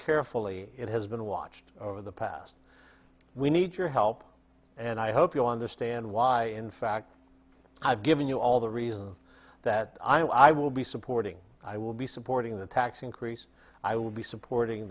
carefully it has been watched over the past we need your help and i hope you'll understand why in fact i've given you all the reasons that i will be supporting i will be supporting the tax increase i will be supporting